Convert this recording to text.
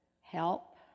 help